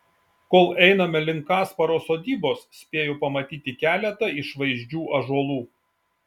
kol einame link kasparo sodybos spėju pamatyti keletą išvaizdžių ąžuolų